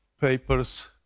papers